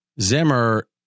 Zimmer